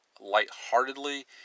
lightheartedly